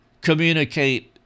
communicate